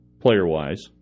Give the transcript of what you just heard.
player-wise